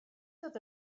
dod